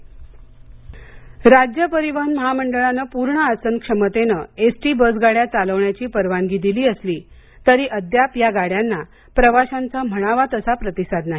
S T Brihanmumbai राज्य परिवहन मंडळानं पूर्ण आसन क्षमतेनं एसटी बसगाड्या चालवण्याची परवानगी दिली असली तरी अद्याप या गाड्यांना प्रवाशांचा म्हणावा तसा प्रतिसाद नाही